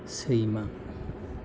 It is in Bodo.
सैमा